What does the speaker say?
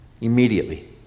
immediately